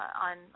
on